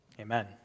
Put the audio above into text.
Amen